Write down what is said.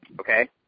Okay